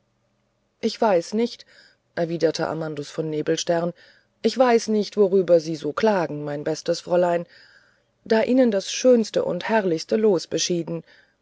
ich weiß nicht erwiderte amandus von nebelstern ich weiß nicht worüber sie so klagen mein bestes fräulein da ihnen das schönste herrlichste los beschieden